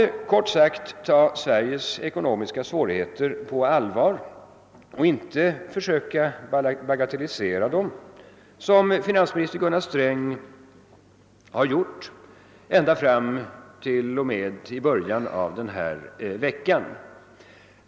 Vi måste kort sagt ta Sveriges ekonomiska svårigheter på allvar och inte försöka bagatellisera dem, som finansminister Gunnar Sträng gjort ända till början av denna vecka.